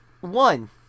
one